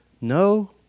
No